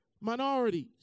minorities